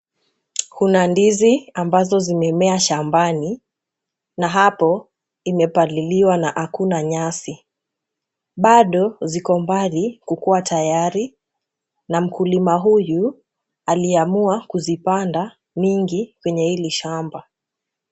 Kuna ndizi ambazo zimemea shambani na hapo imepaliliwa na hakuna nyasi. Bado ziko mbali kukuwa tayari na mkulima huyu aliamua kuzipanda mingi kwenye hili shamba.